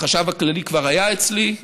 החשב הכללי כבר היה אצלי.